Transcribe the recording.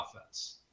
offense